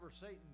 Satan